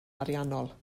ariannol